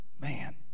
Man